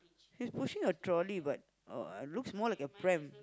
he's pushing a trolley but oh uh looks more like a pram